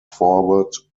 forward